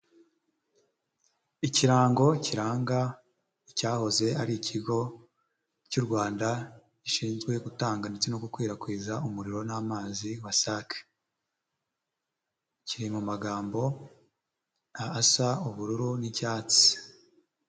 Ikirango kiranga icyahoze ari ikigo cy'u Rwanda gishinzwe gutanga ndetse no gukwirakwiza umuriro n'amazi WASAC, kiri mu magambo asa ubururu n'icyatsi.